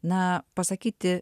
na pasakyti